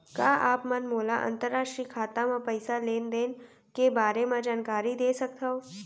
का आप मन मोला अंतरराष्ट्रीय खाता म पइसा लेन देन के बारे म जानकारी दे सकथव?